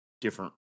Different